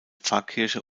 pfarrkirche